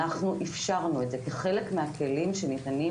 אנחנו אפשרנו את זה כחלק מהכלים שניתנים